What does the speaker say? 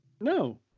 No